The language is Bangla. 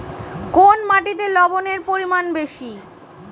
কোন মাটিতে লবণের পরিমাণ বেশি?